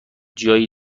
جایی